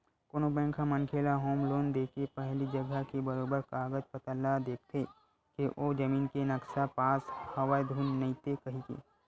कोनो बेंक ह मनखे ल होम लोन देके पहिली जघा के बरोबर कागज पतर ल देखथे के ओ जमीन के नक्सा पास हवय धुन नइते कहिके